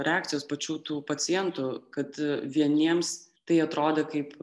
reakcijos pačių tų pacientų kad vieniems tai atrodė kaip